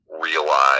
realize